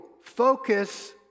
focus